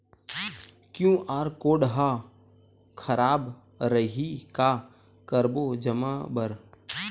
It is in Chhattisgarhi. क्यू.आर कोड हा खराब रही का करबो जमा बर?